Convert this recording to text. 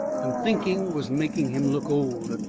and thinking was making him look old.